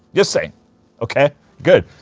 just saying ok? good,